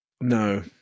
No